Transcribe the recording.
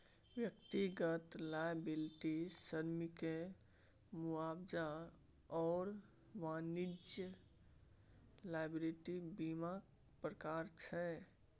व्यक्तिगत लॉयबिलटी श्रमिककेँ मुआवजा आओर वाणिज्यिक लॉयबिलटी बीमाक प्रकार छै